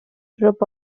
group